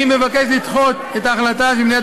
אני מבקש לדחות את ההחלטה של מליאת